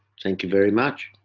thank you very much.